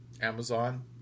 Amazon